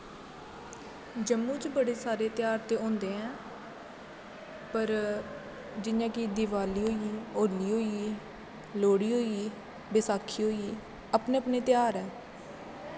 जम्मू च बड़े सारे ध्यार ते होंदे ऐं पर जियां कि दिवाली होई गेई होली होई गेई लोह्ड़ा होई गेई बसाखी होई गेई अपने अपने ध्यार ऐ